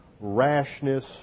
rashness